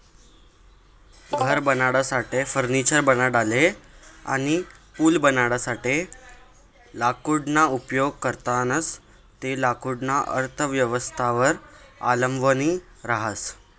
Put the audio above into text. घर बनाडासाठे, फर्निचर बनाडाले अनी पूल बनाडासाठे लाकूडना उपेग करतंस ते लाकूडना अर्थव्यवस्थावर अवलंबी रहास